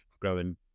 growing